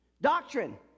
doctrine